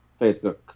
Facebook